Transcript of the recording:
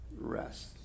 rest